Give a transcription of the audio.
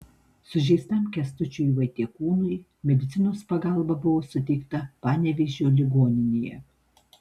sužeistam kęstučiui vaitiekūnui medicinos pagalba buvo suteikta panevėžio ligoninėje